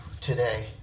today